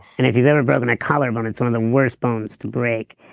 and if you've ever broken a collarbone it's one of the worst bones to break.